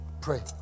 pray